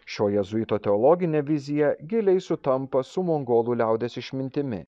šio jėzuito teologinė vizija giliai sutampa su mongolų liaudies išmintimi